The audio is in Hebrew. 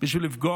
רק בשביל לפגוע.